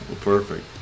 perfect